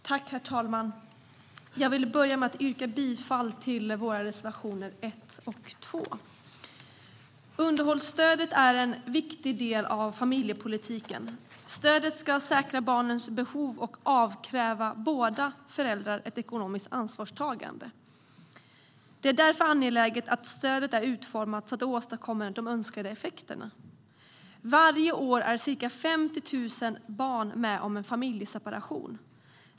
Herr talman! Jag vill börja med att yrka bifall till våra reservationer 1 och 2. Underhållsstödet är en viktig del av familjepolitiken. Stödet ska säkra barnens behov och avkräva båda föräldrarna ett ekonomiskt ansvarstagande. Det är därför angeläget att stödet är utformat så att det åstadkommer de önskade effekterna. Varje år är ca 50 000 barn med om en familjeseparation.